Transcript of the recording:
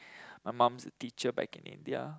my mum's a teacher back in India